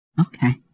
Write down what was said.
Okay